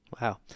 Wow